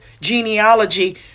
genealogy